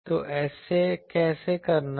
तो कैसे करना है